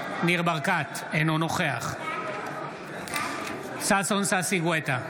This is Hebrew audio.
אינו נוכח ששון ששי גואטה,